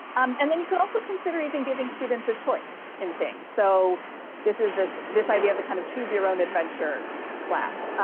and then you can also consider even giving students a choice in things so this is ah this idea of the kind of choose your own adventure class,